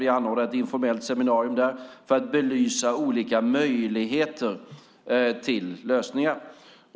Vi anordnar ett informellt seminarium för att belysa olika möjligheter till lösningar.